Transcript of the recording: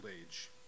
age